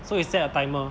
so you set a timer